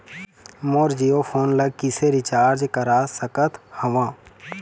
मोर Jio phone ला किसे recharge करा सकत हवं?